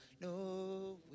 no